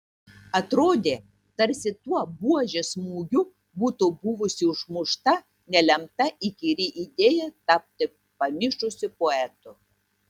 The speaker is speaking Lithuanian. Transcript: atrodė tarsi tuo buožės smūgiu būtų buvusi užmušta nelemta įkyri idėja tapti pamišusiu poetu